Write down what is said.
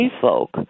folk